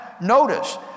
notice